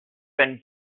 been